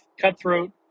cutthroat